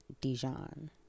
Dijon